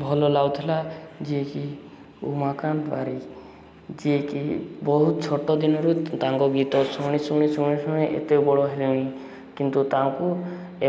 ଭଲ ଲାଗୁଥିଲା ଯିଏ କି ଉମାକାନ୍ତ ଯିଏ କି ବହୁତ ଛୋଟ ଦିନରୁ ତାଙ୍କ ଗୀତ ଶୁଣି ଶୁଣି ଶୁଣି ଶୁଣି ଏତେ ବଡ଼ ହେଲେଣି କିନ୍ତୁ ତାଙ୍କୁ